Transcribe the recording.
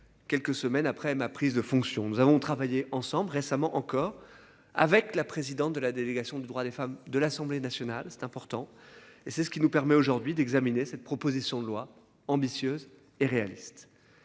Quelques semaines après ma prise de fonction. Nous avons travaillé ensemble récemment encore avec la présidente de la délégation du droit des femmes de l'Assemblée nationale, c'est important et c'est ce qui nous permet aujourd'hui d'examiner cette proposition de loi ambitieuse et réaliste.